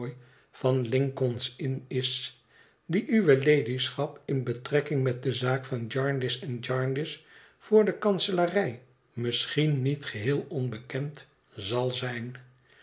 van lincoln's in nis die uwe ladyschap in betrekking met de zaak van jarndyce en jarndyce voor de kanselarij misschien niet geheel onbekend zal zijn